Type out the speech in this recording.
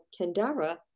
Kendara